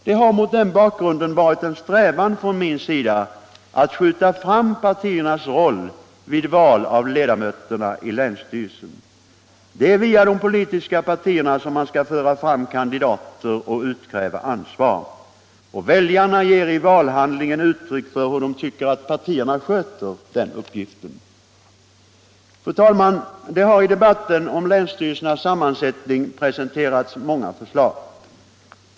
Det har mot den bakgrunden varit en strävan från min sida att skjuta fram partiernas roll vid val av ledamöterna i länsstyrelsen. Det är via de politiska partierna som man skall föra fram kandidater och utkräva ansvar, och väljarna ger i valhandlingen uttryck för hur de tycker att partierna sköter den uppgiften. Herr talman! Det har i debatten om länsstyrelsernas sammansättning presenterats många förslag.